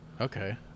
Okay